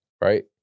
right